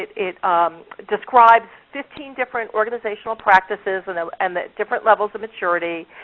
it it describes fifteen different organizational practices and ah and the different levels of maturity,